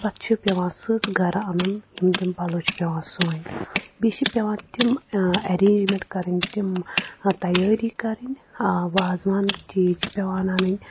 پَتھ چھِ پٮ۪وان سٕژ گَرٕ اَنُن یِم تِم پَلو چھِ پٮ۪وان سُوٕنۍ بیٚیہِ چھِ پٮ۪وان تِم اٮ۪رینٛجمٮ۪نٛٹ کَرٕنۍ تِم تیٲری کَرٕنۍ وازوان چیٖز چھِ پٮ۪وان اَنٕنۍ